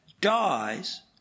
dies